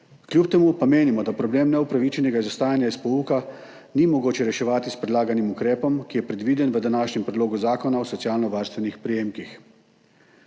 Kljub temu pa menimo, da problem neopravičenega izostajanja od pouka ni mogoče reševati s predlaganim ukrepom, ki je predviden v današnjem predlogu zakona o socialno varstvenih prejemkih.